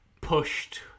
pushed